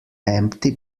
empty